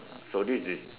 so this is